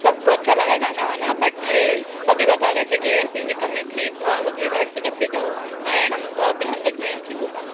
सब को अच्छा लगा खाना वाना बट यह सभी बता रहे थे कि ऐसी ऐसी कमी थी तो आप अगली बार से जब भी जाओ आए हम तो ध्यान रखना इन चीजों का